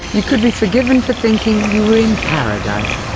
you could be forgiven for thinking you were in paradise.